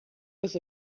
was